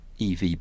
EV